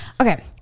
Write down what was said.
Okay